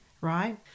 right